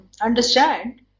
understand